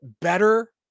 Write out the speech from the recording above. better